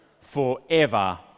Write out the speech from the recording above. forever